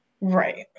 Right